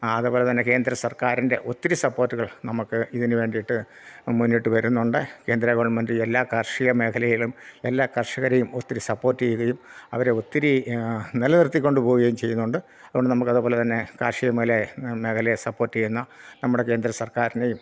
അതേപോലെ തന്നെ കേന്ദ്ര സർക്കാരിൻ്റെ ഒത്തിരി സപ്പോർട്ടുകൾ നമുക്ക് ഇതിന് വേണ്ടിയിട്ട് മുന്നിട്ട് വരുന്നുണ്ട് കേന്ദ്ര ഗവൺമെൻറ് എല്ലാ കാർഷിക മേഖലയിലും എല്ലാ കർഷകരെയും ഒത്തിരി സപ്പോർട്ട് ചെയ്യുകയും അവരെ ഒത്തിരി നിലനിർത്തിക്കൊണ്ടു പോവുകയും ചെയ്യുന്നുണ്ട് അതുകൊണ്ട് നമുക്ക് അതുപോലെ തന്നെ കാർഷിക മേഖല മേഖലയെ സപ്പോർട്ട ചെയ്യുന്ന നമ്മുടെ കേന്ദ്ര സർക്കാരിനെയും